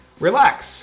Relax